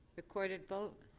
recorded vote.